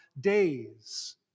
days